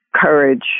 courage